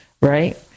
right